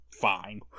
fine